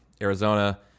Arizona